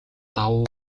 давуу